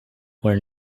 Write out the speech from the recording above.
where